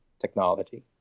technology